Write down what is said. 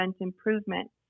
improvement